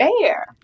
fair